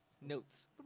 Notes